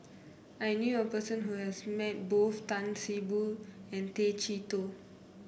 I knew a person who has met both Tan See Boo and Tay Chee Toh